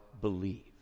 believe